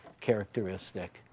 characteristic